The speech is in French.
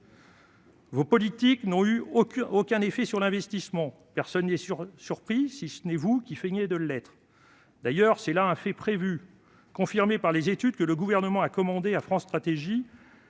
Vos politiques n'ont eu aucun effet sur l'investissement. Personne n'est surpris, si ce n'est vous, qui feignez de l'être. Le fait était prévu, d'ailleurs. Il a également été confirmé par les études que le Gouvernement a commandées à France Stratégie